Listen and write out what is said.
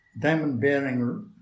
diamond-bearing